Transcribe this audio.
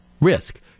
risk